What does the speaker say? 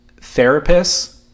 therapists